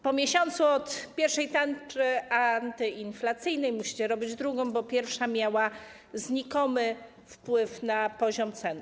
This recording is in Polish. Po miesiącu od pierwszej tarczy antyinflacyjnej musicie robić drugą, bo pierwsza miała znikomy wpływ na poziom cen.